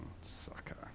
Sucker